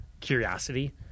curiosity